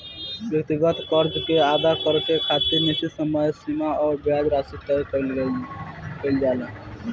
व्यक्तिगत कर्जा के अदा करे खातिर निश्चित समय सीमा आ ब्याज राशि तय कईल जाला